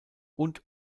und